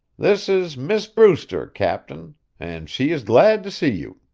this is miss brewster, captain and she is glad to see you.